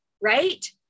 right